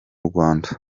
rwanda